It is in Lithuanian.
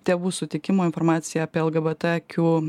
tėvų sutikimo informacija apie lgbtq